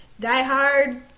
diehard